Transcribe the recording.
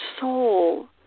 soul